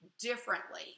differently